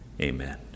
Amen